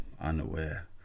unaware